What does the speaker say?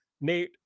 nate